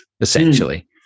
essentially